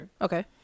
Okay